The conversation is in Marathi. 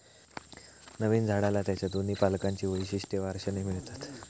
नवीन झाडाला त्याच्या दोन्ही पालकांची वैशिष्ट्ये वारशाने मिळतात